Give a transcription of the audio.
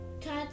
cut